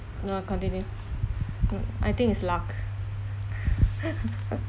no continue mm I think it's luck